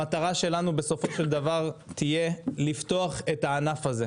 המטרה שלנו בסופו של דבר תהיה לפתוח את הענף הזה,